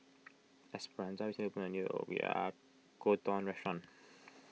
Esperanza recently opened a new Oyakodon restaurant